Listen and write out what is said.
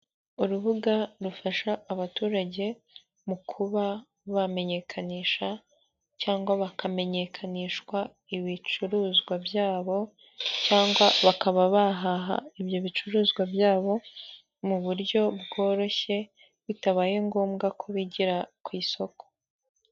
Urubuga rufasha abaturage mu kuba bamenyekanisha cyangwa bakamenyekanishwa ibicuruzwa byabo, cyangwa bakaba bahaha ibyo bicuruzwa byabo mu buryo bworoshye, bitabaye ngombwa ko bigira ku isoko.